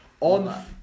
On